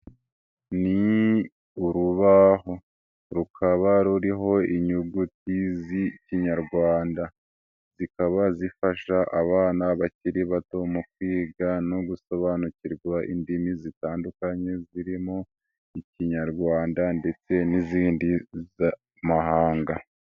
Ni urubaho, rukaba ruriho inyuguti z'ikinyarwanda. Zikaba zifasha abana bakiri bato mu kwiga no gusobanukirwa indimi zitandukanye zirimo: ikinyarwanda ndetse n'izindi z'amahanga.